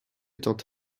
étant